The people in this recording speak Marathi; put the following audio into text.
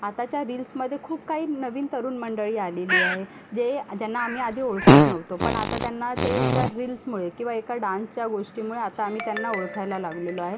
आताच्या रिल्समध्ये खूप काही नवीन तरुण मंडळी आलेली आहे जे ज्यांना आम्ही आधी ओळखत नव्हतो पण आता त्यांना ते एका रिल्समुळे किंवा एका डान्सच्या गोष्टीमुळे आता ओळखायला लागलेलो आहे